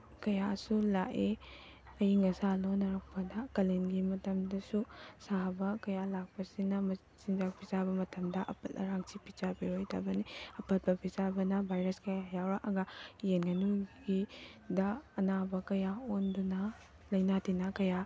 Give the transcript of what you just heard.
ꯀꯌꯥꯁꯨ ꯂꯥꯛꯏ ꯑꯏꯪ ꯑꯁꯥ ꯂꯣꯟꯅꯔꯛꯄꯗ ꯀꯂꯦꯟꯒꯤ ꯃꯇꯝꯗꯁꯨ ꯁꯥꯕ ꯀꯌꯥ ꯂꯥꯛꯄꯁꯤꯅ ꯃꯆꯤꯟꯖꯥꯛ ꯆꯥꯕ ꯃꯇꯝꯗ ꯑꯄꯠ ꯑꯔꯥꯛꯁꯤ ꯄꯤꯖꯕꯤꯔꯣꯏꯗꯕꯅꯤ ꯑꯄꯠꯄ ꯄꯤꯖꯕꯅ ꯚꯥꯏꯔꯁ ꯀꯌꯥ ꯌꯥꯎꯔꯛꯑꯒ ꯌꯦꯟ ꯉꯥꯅꯨꯒꯤꯗ ꯑꯅꯥꯕ ꯀꯌꯥ ꯑꯣꯟꯗꯨꯅ ꯂꯩꯅꯥ ꯇꯤꯟꯅꯥ ꯀꯌꯥ